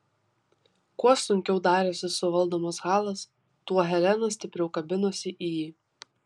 kuo sunkiau darėsi suvaldomas halas tuo helena stipriau kabinosi į jį